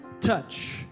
touch